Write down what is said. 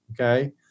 Okay